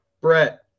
brett